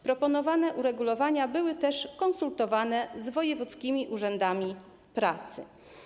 Proponowane uregulowania były też konsultowane z wojewódzkimi urzędami pracy.